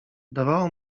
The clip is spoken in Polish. wydawało